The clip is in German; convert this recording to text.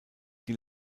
die